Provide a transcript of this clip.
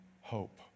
Hope